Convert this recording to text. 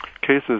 cases